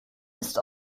ist